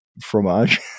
Fromage